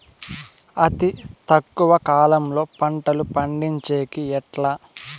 అతి తక్కువ కాలంలో పంటలు పండించేకి ఎట్లా?